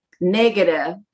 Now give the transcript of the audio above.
negative